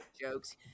jokes